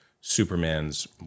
Superman's